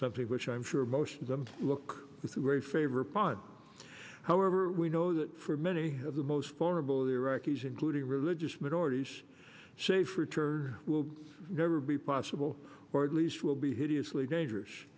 something which i'm sure most of them look with a great favor upon however we know that for many of the most vulnerable iraqis including religious minorities safe return will never be possible or at least will be hideously dangerous